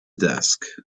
desk